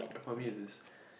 and for me it's this